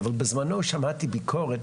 אבל בזמנו שמעתי ביקורת